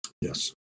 Yes